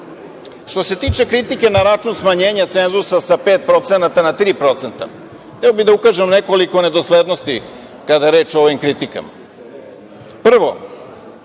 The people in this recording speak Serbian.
se tiče kritike na račun smanjenja cenzusa sa 5% na 3%, hteo bih da ukažem na nekoliko nedoslednosti kada je reč o ovim kritikama. Prvo,